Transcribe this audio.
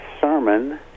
sermon